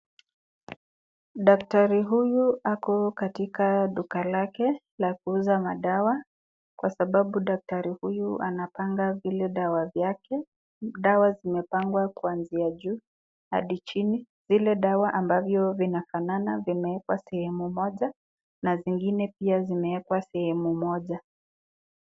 Daktari huyu ako katika duka lake la kuuza madawa kwasababu daktari uyu anapanga vile dawa vyake, dawa zimepangwa kuanzia juu adi chini, zile dawa ambavyo vinefanana vimewekwa sehemu moja na zingine pia zimeekwa sehemu moja.